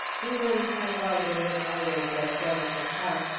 evelyn cadwalader was always of delicate health,